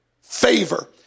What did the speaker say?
favor